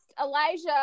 Elijah